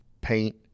paint